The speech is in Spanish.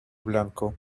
blanco